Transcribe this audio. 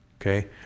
Okay